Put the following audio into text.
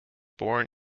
born